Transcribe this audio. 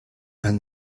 and